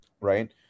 right